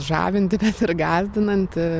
žavinti ir gąsdinanti